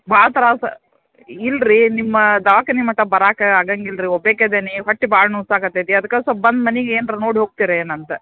ಭಾಳ ತ್ರಾಸ ಇಲ್ರಿ ನಿಮ್ಮ ದವಾಖಾನಿ ಮಟ್ಟ ಬರಾಕ ಆಗಂಗಿಲ್ಲ ರೀ ಒಬ್ಯಾಕಿ ಅದೀನಿ ಹೊಟ್ಟಿ ಭಾಳ ನೊವ್ಸಾಕತೈತಿ ಅದಕ್ಕ ಸೊಲ್ಪ ಬಂದು ಮನಿಗೇನ್ರಾ ನೋಡಿ ಹೋಗ್ತೀರಾ ಏನಂತ